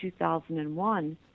2001